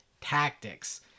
tactics